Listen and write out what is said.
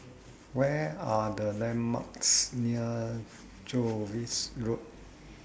What Are The landmarks near Jervois Road